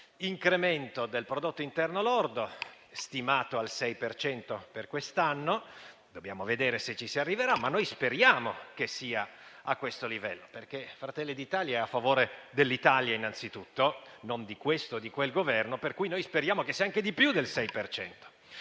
incremento del prodotto interno lordo, stimato al 6 per cento per quest'anno. Dobbiamo vedere se ci si arriverà, ma noi speriamo che sia a questo livello, perché Fratelli d'Italia è innanzitutto a favore dell'Italia, non di questo o di quel Governo; anzi, noi speriamo che sia anche di più del 6